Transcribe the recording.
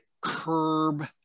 curb